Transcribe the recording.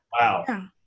Wow